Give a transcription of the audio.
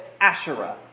Asherah